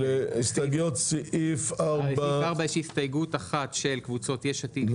הסתייגויות לסעיף 4. לסעיף 4 יש הסתייגות אחת של קבוצות יש עתיד,